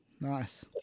Nice